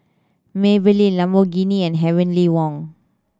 Maybelline Lamborghini and Heavenly Wang